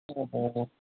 ꯑꯣ ꯑꯣ ꯑꯣ